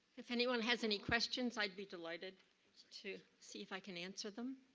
if anyone has any questions, i'd be delighted to see if i can answer them.